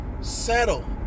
settle